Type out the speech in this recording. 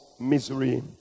misery